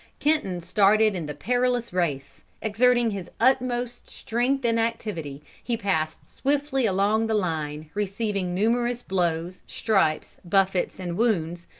kenton started in the perilous race exerting his utmost strength and activity, he passed swiftly along the line, receiving numerous blows, stripes, buffets, and wounds,